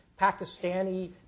Pakistani